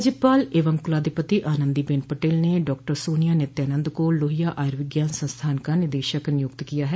राज्यपाल एवं कुलाधिपति आनन्दीबेन पटेल ने डॉक्टर सोनिया नित्यानंद को लोहिया आयुर्विज्ञान संस्थान का निदेशक नियुक्त किया है